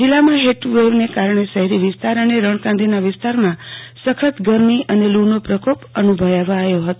જિલ્લા માં હીટવેવને કારણે શહેરી વિસ્તાર અને રણકાંધીના વિસ્તારોમા સખત ગરમી અને લુ નો પ્રકોપ અનુભવાયો હતો